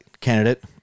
candidate